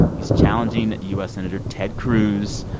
he's challenging u s. senator ted cruz.